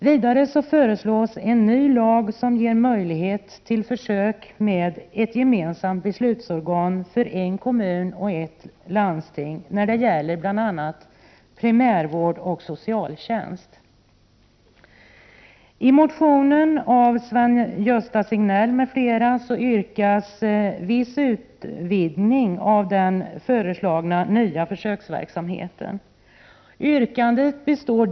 Vidare föreslås en ny lag som möjliggör försök med ett gemensamt beslutsorgan för en kommun och ett landsting när det gäller bl.a. primärvård och socialtjänst.